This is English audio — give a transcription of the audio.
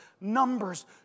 Numbers